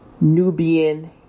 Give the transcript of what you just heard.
Nubian